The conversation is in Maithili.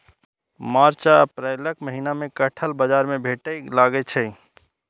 मार्च आ अप्रैलक महीना मे कटहल बाजार मे भेटै लागै छै